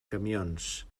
camions